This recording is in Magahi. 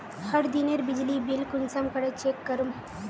हर दिनेर बिजली बिल कुंसम करे चेक करूम?